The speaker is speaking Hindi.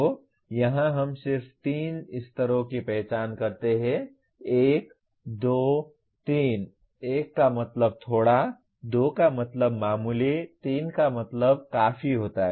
तो यहाँ हम सिर्फ तीन स्तरों की पहचान करते हैं 1 2 3 1 का मतलब थोड़ा 2 का मतलब मामूली 3 का मतलब काफी होता है